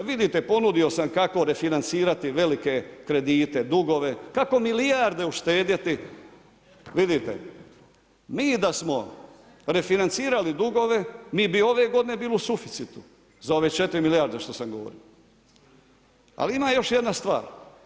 Vidite ponudio sam kako refinancirati velike kredite, dugove, kako milijarde uštedjeti, vidite, mi da smo refinancirali dugove, mi bi ove godine bili u suficitu za ove 4 milijarde što sam govorio ali ima još jedna stvar.